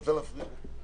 גם את רוצה להפריע לי?